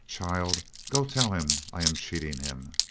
child, go tell him i am cheating him.